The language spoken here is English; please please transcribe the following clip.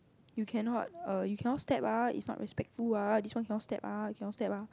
you cannot err you cannot step ah is not respectful ah this one cannot step ah cannot step ah